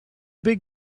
big